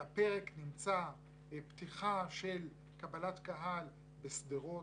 על הפרק נמצא פתיחה של קבלת קהל בשדרות,